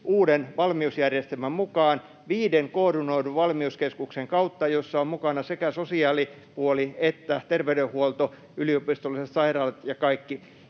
uuden valmiusjärjestelmän mukaan viiden koordinoidun valmiuskeskuksen kautta, joissa on mukana sekä sosiaalipuoli että terveydenhuolto, yliopistolliset sairaalat ja kaikki